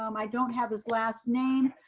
um i don't have his last name.